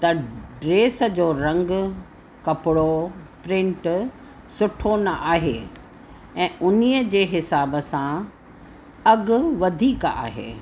त ड्रेस जो रंग कपिड़ो प्रिंट सुठो न आहे ऐं उन जे हिसाब सां अघु वधीक आहे